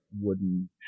wooden